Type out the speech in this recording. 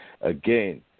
again